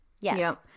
Yes